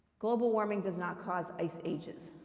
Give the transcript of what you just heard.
global warming does not cause ice ages.